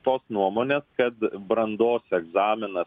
tos nuomonės kad brandos egzaminas